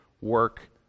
work